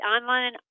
Online